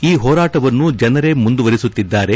ಈ ಹೋರಾಟವನ್ನು ಜನರೇ ಮುಂದುವರೆಸುತ್ತಿದ್ದಾರೆ